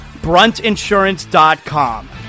Bruntinsurance.com